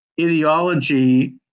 ideology